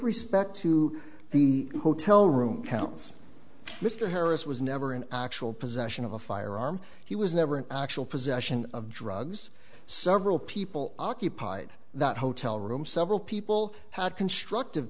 respect to the hotel room counts mr harris was never an actual possession of a firearm he was never an actual possession of drugs several people occupied that hotel room several people had constructive